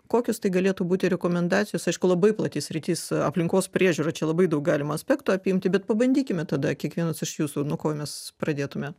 kokios tai galėtų būti rekomendacijos aišku labai plati sritis aplinkos priežiūra čia labai daug galima aspektų apimti bet pabandykime tada kiekvienas iš jūsų nuo ko mes pradėtume